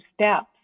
steps